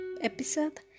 episode